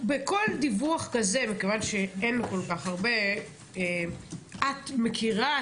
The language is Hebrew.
כל דיווח כזה, מכיוון שאין כל כך הרבה, את מכירה?